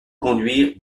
conduire